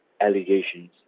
allegations